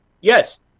Yes